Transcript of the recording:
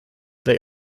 they